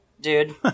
dude